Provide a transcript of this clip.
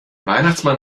weihnachtsmann